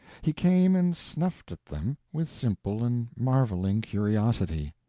he came and snuffed at them with simple and marveling curiosity.